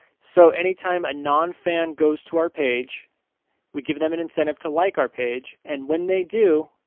so, any time a non-fan goes to our page we give them an incentive to like our page and when they do,